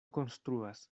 konstruas